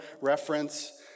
reference